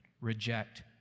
reject